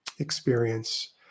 experience